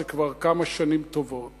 זה כבר כמה שנים טובות,